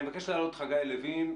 אני מבקש להעלות את חגי לוין,